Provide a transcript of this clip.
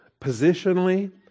positionally